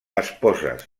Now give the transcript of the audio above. esposes